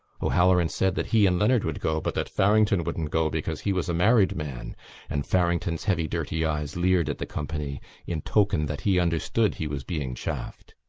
o'halloran said that he and leonard would go, but that farrington wouldn't go because he was a married man and farrington's heavy dirty eyes leered at the company in token that he understood he was being chaffed.